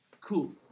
Cool